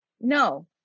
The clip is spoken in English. no